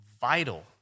vital